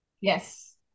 yes